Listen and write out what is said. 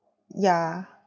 yeah